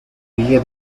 guía